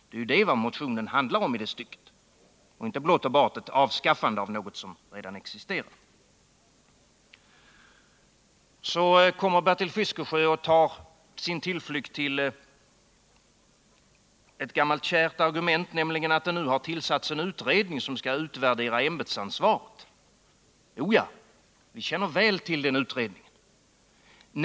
Det är vad motionen handlar om i detta stycke — inte blott och bart ett avskaffande av något som redan existerar. Bertil Fiskesjö tar sin tillflykt till ett gammalt kärt argument, nämligen att det nu har tillsatts en utredning som skall utvärdera ämbetsansvaret. O ja, vi känner till den utredningen väl.